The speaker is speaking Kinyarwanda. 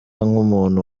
nk’umuntu